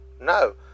no